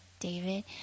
David